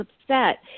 upset